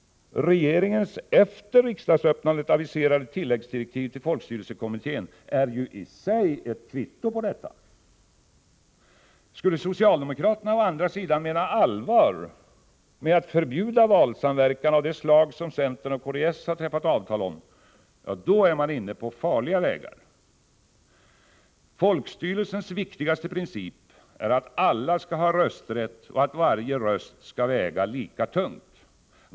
Regeringens efter riksdagsöppnandet aviserade tilläggsdirektiv till folkstyrelsekommittén är ju i sig ett kvitto på detta. Skulle socialdemokraterna å andra sidan mena allvar med att förbjuda valsamarbete av det slag som centern och kds har träffat avtal om är de inne på farliga vägar. Folkstyrelsens viktigaste princip är att alla skall ha rösträtt och att varje röst skall väga lika tungt.